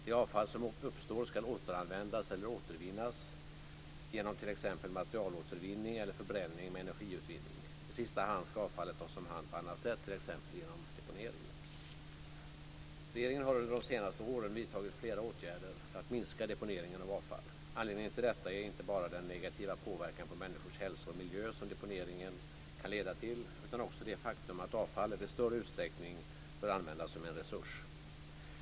Det avfall som uppstår ska återanvändas eller återvinnas genom t.ex. materialåtervinning eller förbränning med energiutvinning. I sista hand ska avfallet tas om hand på annat sätt, t.ex. genom deponering. Regeringen har under de senaste åren vidtagit flera åtgärder för att minska deponeringen av avfall. Anledningen till detta är inte bara den negativa påverkan på människors hälsa och miljön som deponeringen av avfall kan leda till, utan också det faktum att avfallet i större utsträckning bör användas som en resurs.